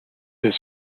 this